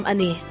Ani